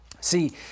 See